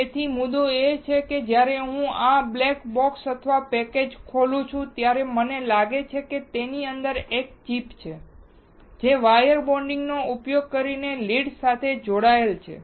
તેથી મુદ્દો એ છે કે જ્યારે હું આ બ્લેક બોક્સ અથવા પેકેજ્ડ ખોલું છું ત્યારે મને લાગે છે કે તેની અંદર એક ચિપ છે જે વાયર બોન્ડિંગ નો ઉપયોગ કરીને લીડ્સ સાથે જોડાયેલ છે